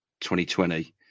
2020